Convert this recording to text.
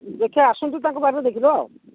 ଦେଖିବା ଆସନ୍ତୁ ତାଙ୍କ ବାଡ଼ିରେ ଦେଖି ଦେବା ଆଉ